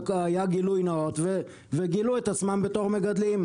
היה גילוי נאות וגילו את עצמם בתור מגדלים,